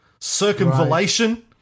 circumvallation